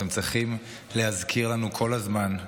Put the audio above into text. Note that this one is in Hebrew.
אתם צריכים להזכיר לנו כל הזמן,